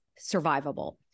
survivable